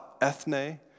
ethne